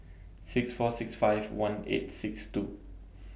six four six five one eight six two